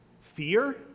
fear